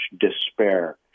despair